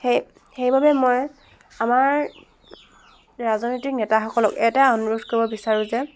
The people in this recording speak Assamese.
সেই সেইবাবে মই আমাৰ ৰাজনৈতিক নেতাসকলক এটাই অনুৰোধ কৰিব বিচাৰোঁ যে